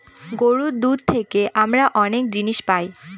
গরুর দুধ থেকে আমরা অনেক জিনিস পায়